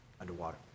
underwater